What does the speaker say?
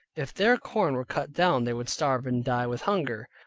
if their corn were cut down, they would starve and die with hunger,